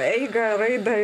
eigą raidą